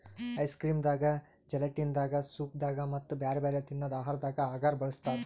ice cream ದಾಗಾ gelatin ದಾಗಾ soup ದಾಗಾ ಮತ್ತ್ ಬ್ಯಾರೆ ಬ್ಯಾರೆ ತಿನ್ನದ್ ಆಹಾರದಾಗ ಅಗರ್ ಬಳಸ್ತಾರಾ